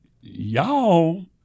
Y'all